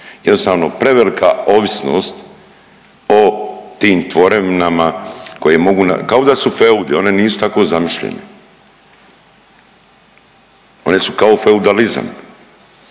Jednostavno prevelika ovisnost o tim tvorevinama koje mogu, kao da su feudi, one nisu tako zamišljene, one su kao feudalizam